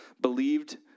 believed